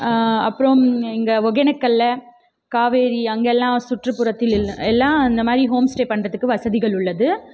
அப்புறம் எங்கள் ஒகேனக்கலில் காவேரி அங்கெல்லாம் சுற்றுப்புறத்தில் எல்லாம் இந்தமாதிரி ஹோம் ஸ்டே பண்ணுறதுக்கு வசதிகள் உள்ளது